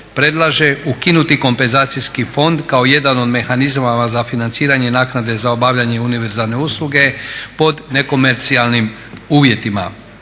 predlaže ukinuti kompenzacijski fond kao jedan od mehanizama za financiranje naknade za obavljanje univerzalne usluge pod nekomercijalnim uvjetima.